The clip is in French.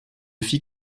fit